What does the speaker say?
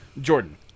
Jordan